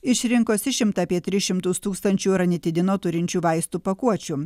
iš rinkos išimta apie tris šimtus tūkstančių ranitidino turinčių vaistų pakuočių